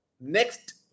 next